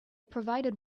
provided